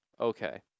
Okay